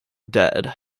dead